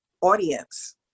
audience